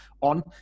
on